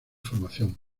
formación